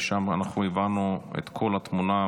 ושם אנחנו הבנו את כל התמונה,